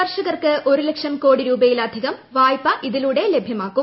കർഷകർക്ക് ഒരു ലക്ഷം കോടി രൂപയിലധികം വായ്പ ഇതിലൂടെ ലഭ്യമാക്കും